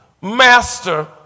Master